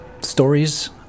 stories